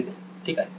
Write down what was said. नितीन ठीक आहे